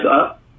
up